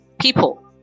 people